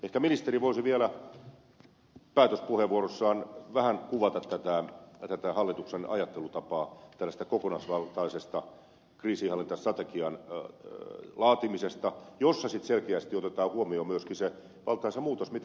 ehkä ministeri voisi vielä päätöspuheenvuorossaan vähän kuvata tätä hallituksen ajattelutapaa tällaisesta kokonaisvaltaisesta kriisinhallintastrategian laatimisesta jossa sitten selkeästi otetaan huomioon myöskin se valtaisa muutos mitä on tapahtunut